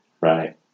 Right